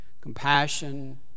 Compassion